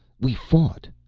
we fought.